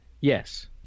Yes